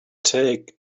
take